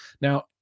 Now